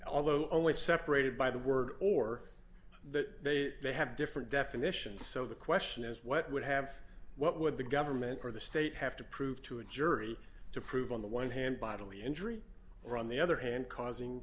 although only separated by the word or that they have different definitions so the question is what would have what would the government or the state have to prove to a jury to prove on the one hand bodily injury or on the other hand causing